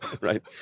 Right